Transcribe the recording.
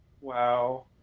Wow